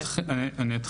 אשמח לענות.